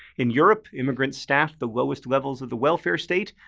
in europe, immigrants staffed the lowest levels of the welfare state,